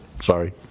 sorry